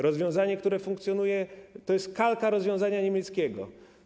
Rozwiązanie, które funkcjonuje, to jest kalka rozwiązania niemieckiego.